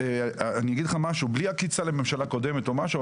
אני אגיד לך משהו בלי עקיצה לממשלה קודמת או משהו,